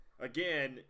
again